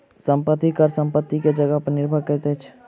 संपत्ति कर संपत्ति के जगह पर निर्भर करैत अछि